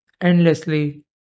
endlessly